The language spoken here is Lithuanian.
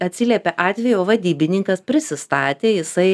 atsiliepė atvejo vadybininkas prisistatė jisai